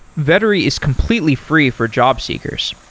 vettery is completely free for jobseekers.